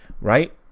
right